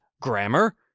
grammar